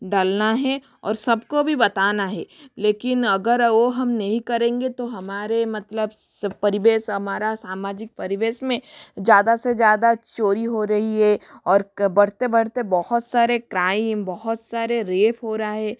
डालना है और सबको भी बताना है लेकिन अगर वह हम नहीं करेंगे तो हमारे मतलब परिवेश हमारा सामाजिक परिवेश में ज़्यादा से ज़्यादा चोरी हो रही है और बढ़ते बढ़ते बहुत सारे क्राइम बहुत सारे रेप हो रहा है